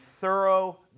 thorough